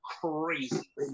crazy